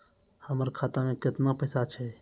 हमर खाता मैं केतना पैसा छह?